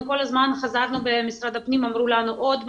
כל הזמן חזרנו למשרד הפנים אמרו לנו עוד מעט,